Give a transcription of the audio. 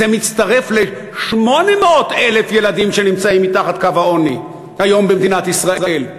זה מצטרף ל-800,000 ילדים שנמצאים היום מתחת קו העוני במדינת ישראל.